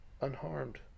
unharmed